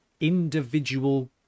individual